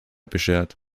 beschert